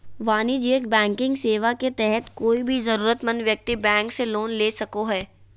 वाणिज्यिक बैंकिंग सेवा के तहत कोय भी जरूरतमंद व्यक्ति बैंक से लोन ले सको हय